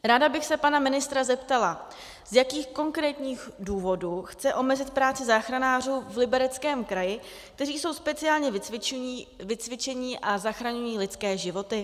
Ráda bych se pana ministra zeptala, z jakých konkrétních důvodů chce omezit práci záchranářů v Libereckém kraji, kteří jsou speciálně vycvičení a zachraňují lidské životy.